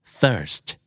thirst